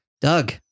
Doug